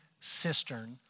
cistern